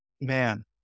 Man